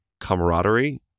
camaraderie